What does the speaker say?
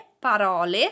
parole